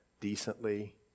decently